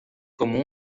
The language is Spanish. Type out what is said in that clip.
como